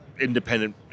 independent